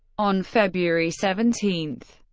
on february seventeen,